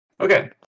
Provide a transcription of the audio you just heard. Okay